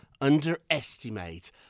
underestimate